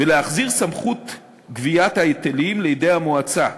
ולהחזיר את סמכות גביית ההיטלים לידי המועצה,